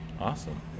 Awesome